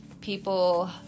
people